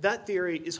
that theory is